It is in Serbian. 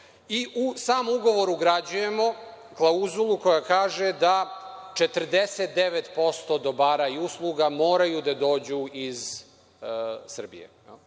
i u sam ugovor ugrađujemo klauzulu koja kaže da 49% dobara i usluga moraju da dođu iz Srbije,